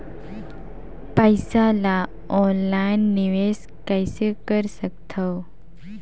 पईसा ल ऑनलाइन निवेश कइसे कर सकथव?